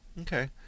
Okay